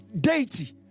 deity